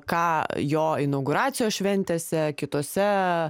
ką jo inauguracijos šventėse kituose